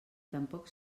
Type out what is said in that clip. tampoc